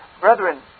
Brethren